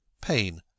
pain